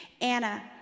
Anna